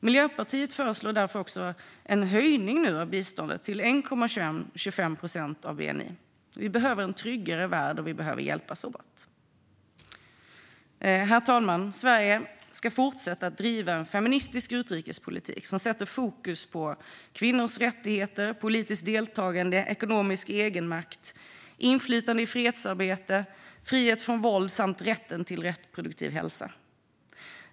Miljöpartiet föreslår därför också en höjning av biståndet till 1,25 procent av bni. Vi behöver en tryggare värld, och vi behöver hjälpas åt. Herr talman! Sverige ska fortsätta att driva en feministisk utrikespolitik som sätter fokus på kvinnors rättigheter, politiskt deltagande, ekonomisk egenmakt, inflytande i fredsarbete, frihet från våld samt rätten till reproduktiv hälsa.